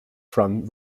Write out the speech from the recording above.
from